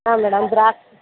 ಹಾಂ ಮೇಡಮ್ ದ್ರಾಕ್ಷಿ